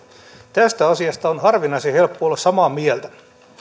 tästä asiasta on harvinaisen helppo olla samaa mieltä